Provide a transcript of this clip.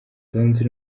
tonzi